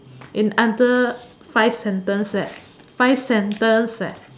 in under five sentence leh five sentence leh